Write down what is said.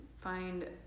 Find